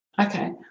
Okay